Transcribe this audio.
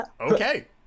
Okay